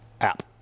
app